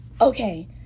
Okay